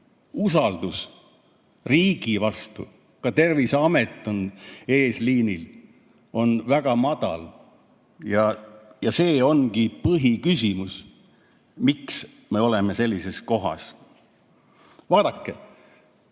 usaldus riigi vastu, ka Terviseameti vastu, kes on eesliinil, on väga madal. See ongi põhiküsimus, miks me oleme sellises kohas. Vaadake,